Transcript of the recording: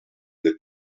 del